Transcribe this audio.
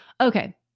Okay